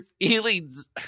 feelings